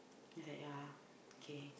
is like ya kay